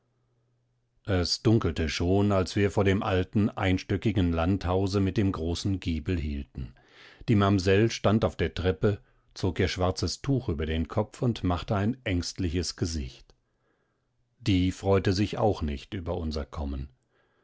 es dunkelte schon als wir vor dem alten einstöckigen landhause mit dem großen giebel hielten die mamsell stand auf der treppe zog ihr schwarzes tuch über den kopf und machte ein ängstliches gesicht die freute sich auch nicht über unser kommen